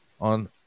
on